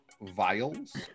vials